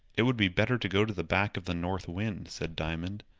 it would be better to go to the back of the north wind, said diamond,